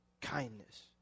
kindness